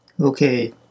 Okay